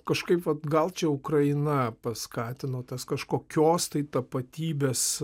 kažkaip vat gal čia ukraina paskatino tas kažkokios tai tapatybės